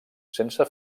sense